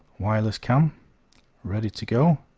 wireless cam ready to go